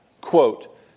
Quote